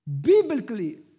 Biblically